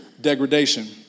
Degradation